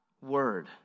word